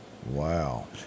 Wow